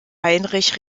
heinrich